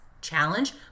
challenge